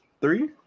Three